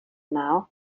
now